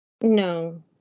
No